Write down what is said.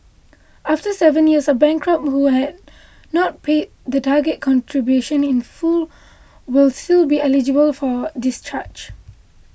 after seven years a bankrupt who has not paid the target contribution in full will still be eligible for discharge